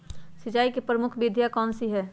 सिंचाई की प्रमुख विधियां कौन कौन सी है?